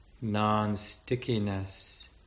non-stickiness